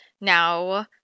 now